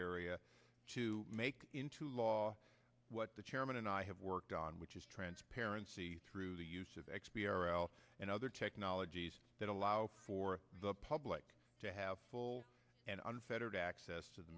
g to make into law what the chairman and i have worked on which is transparency through the use of exparel and other technologies that allow for the public to have full and unfettered access to the